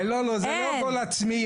לא, זה לא גול עצמי.